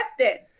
arrested